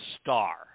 star